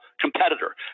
competitor